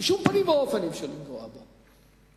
בשום פנים ואופן אי-אפשר לפגוע בהם.